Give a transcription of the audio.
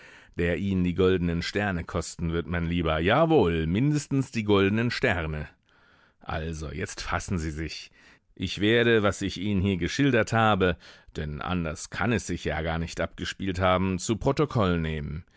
der ihnen die goldenen sterne kosten wird mein lieber jawohl mindestens die goldenen sterne also jetzt fassen sie sich ich werde was ich ihnen hier geschildert habe denn anders kann es sich ja gar nicht abgespielt haben zu protokoll nehmen